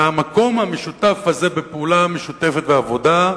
והמקום המשותף הזה, בפעולה המשותפת, בעבודה,